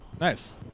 Nice